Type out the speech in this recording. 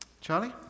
Charlie